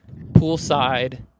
poolside